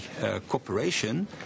cooperation